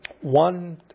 one